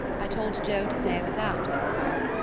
i told joe to say i was out, that was all.